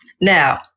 Now